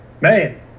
Man